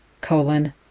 colon